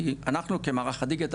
כי אנחנו כמערך הדיגיטל,